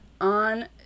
on